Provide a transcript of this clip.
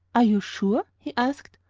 are you sure? he asked.